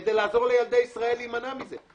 כדי לעזור לילדי ישראל להימנע מזה.